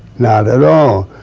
not at all.